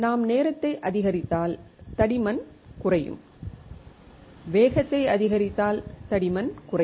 நாம் நேரத்தை அதிகரித்தால் தடிமன் குறையும் வேகத்தை அதிகரித்தால் தடிமன் குறையும்